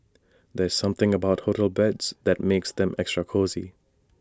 there's something about hotel beds that makes them extra cosy